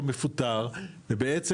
או מפוטר ובעצם,